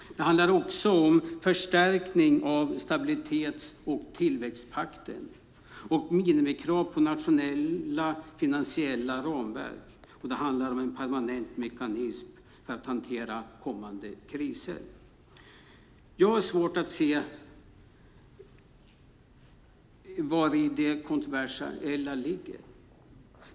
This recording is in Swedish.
Det handlar också om förstärkning av stabilitets och tillväxtpakten och minimikrav på nationella finansiella ramverk. Och det handlar om en permanent mekanism för att hantera kommande kriser. Jag har svårt att se vari det kontroversiella ligger.